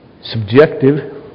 subjective